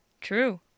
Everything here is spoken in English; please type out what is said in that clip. True